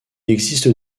existe